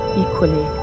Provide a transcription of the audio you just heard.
equally